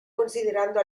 considerando